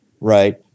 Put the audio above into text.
Right